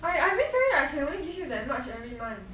I I already tell you I can only give you that much every month